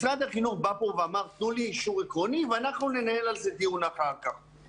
משרד החינוך אמר תנו לי אישור עקרוני ואנחנו ננהל על זה דיון אחר כך.